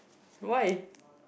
why